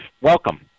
Welcome